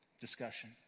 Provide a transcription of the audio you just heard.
discussion